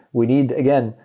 we need, again,